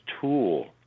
tool